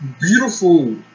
beautiful